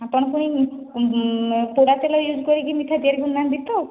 ଆପଣ ପୁଣି ପୋଡ଼ା ତେଲ ୟୁଜ୍ କରିକି ମିଠା ତିଆରି କରୁନାହାନ୍ତି ତ